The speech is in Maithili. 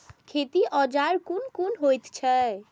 खेती औजार कोन कोन होई छै?